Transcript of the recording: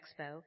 expo